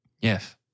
Yes